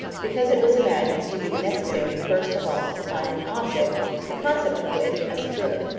because it was imagined to be necessary first of all to find an object the concept of which, as a good,